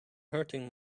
hurting